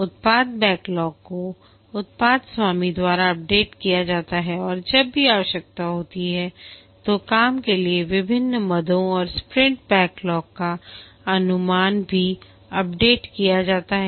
उत्पाद बैकलॉग को उत्पाद स्वामी द्वारा अपडेट किया जाता है और जब भी आवश्यकता होती है तो काम के लिए विभिन्न मदों और स्प्रिंट बैकलॉग का अनुमान भी अपडेट किया जाता है